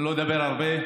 לא אדבר הרבה.